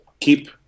keep